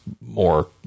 more